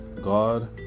God